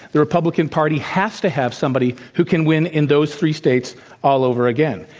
the republican party has to have somebody who can win in those three states all over again.